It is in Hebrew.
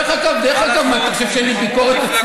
דרך אגב, מה אתה חושב, שאין לי ביקורת עצמית?